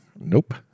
nope